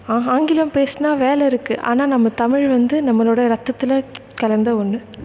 ஆ ஆங்கிலம் பேசினா வேலை இருக்குது ஆனால் நம்ம தமிழ் வந்து நம்மளோடய ரத்தத்தில் கலந்த ஒன்று